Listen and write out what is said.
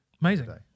Amazing